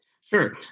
Sure